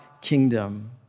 kingdom